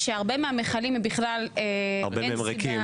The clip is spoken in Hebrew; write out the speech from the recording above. ושהרבה מהמכלים בכלל ריקים,